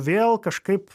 vėl kažkaip